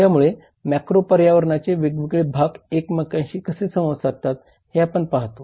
त्यामुळे मॅक्रो पर्यावरणाचे वेगवेगळे भाग एकमेकांशी कसे संवाद साधतात हे आपण पाहतो